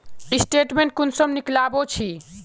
Statement कुंसम निकलाबो छी?